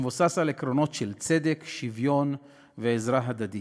שמבוסס על עקרונות של צדק, שוויון ועזרה הדדית.